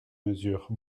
mesures